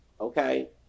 okay